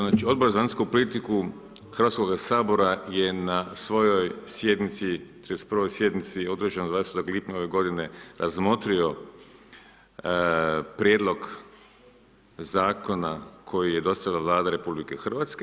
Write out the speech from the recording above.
Znači Odbor za vanjsku politiku Hrvatskoga sabora je na svojoj sjednici, 31. sjednici održanoj 20. lipnja ove godine razmotrio prijedlog zakona koji je dostavila Vlada RH.